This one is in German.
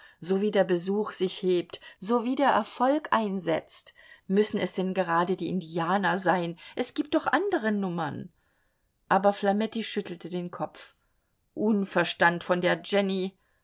sowie der besuch sich hebt sowie der erfolg einsetzt müssen es denn gerade die indianer sein es gibt doch andere nummern aber flametti schüttelte den kopf unverstand von der jenny